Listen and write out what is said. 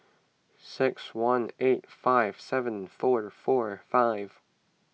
six one eight five seven four four five